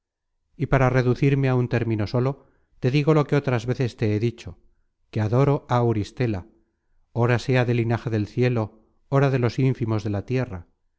y para reducirme á un término solo te digo lo que otras veces te he dicho que adoro á auristela ora sea de linaje del cielo ora de los infimos de la tierra